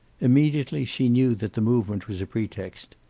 immediately she knew that the movement was a pretext.